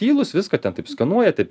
tylūs viską ten taip skanuoja taip